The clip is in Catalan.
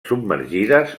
submergides